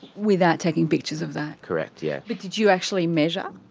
without taking pictures of that? correct yeah. but did you actually measure?